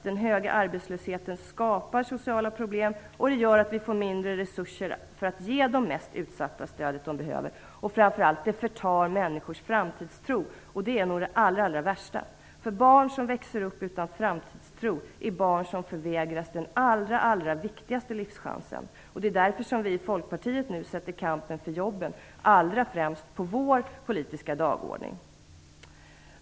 Den höga arbetslösheten skapar sociala problem och gör att vi får mindre resurser att ge de mest utsatta det stöd de behöver. Men framför allt förtar den människors framtidstro, och det är nog det allra värsta. Barn som växer upp utan framtidstro är barn som förvägras den allra viktigaste livschansen. Därför sätter vi i Folkpartiet nu kampen för jobben allra främst på vår politiska dagordning.